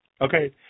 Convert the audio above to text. Okay